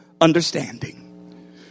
understanding